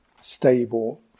stable